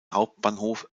hauptbahnhof